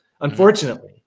Unfortunately